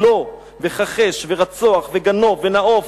עלה וכחש ורצח וגנב ונאף.